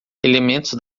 elementos